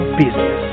business